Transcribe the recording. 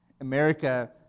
America